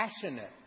passionate